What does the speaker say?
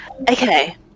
Okay